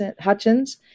Hutchins